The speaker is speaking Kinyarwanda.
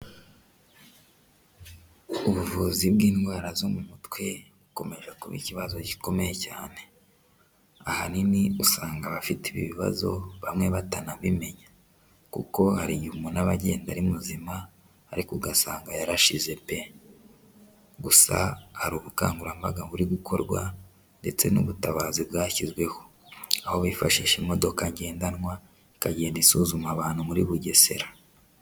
Ubuvuzi bw'indwara zo mu mutwe bukomeje kuba ikibazo gikomeye cyane, ahanini usanga abafite ibi bibazo bamwe batanabimenya, kuko hari igihe umuntu aba agenda ari muzima ariko ugasanga yarashize pe! Gusa hari ubukangurambaga buri gukorwa ndetse n'ubutabazi bwashyizweho, aho bifashisha imodoka ngendanwa, ikagenda isuzuma abantu muri Bugesera.